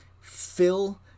fill